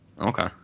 Okay